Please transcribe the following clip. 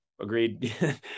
Agreed